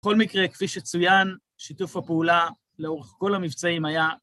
בכל מקרה, כפי שצויין, שיתוף הפעולה לאורך כל המבצעים היה